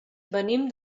venim